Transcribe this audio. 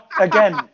again